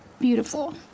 beautiful